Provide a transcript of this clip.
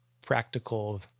practical